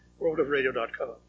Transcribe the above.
worldofradio.com